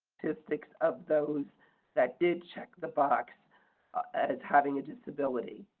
statistics of those that did check the box as having a disability.